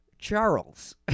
Charles